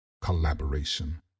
collaboration